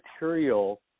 material